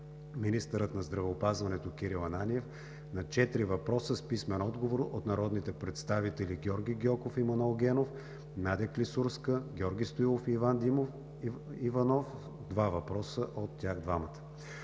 министърът на здравеопазването Кирил Ананиев на четири въпроса с писмен отговор от народните представители Георги Гьоков и Манол Генов, Надя Клисурска, Георги Стоилов и Иван Иванов – два въпроса от тях двамата.